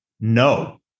no